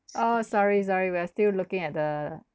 oh sorry sorry we are still looking at the